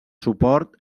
suport